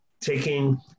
taking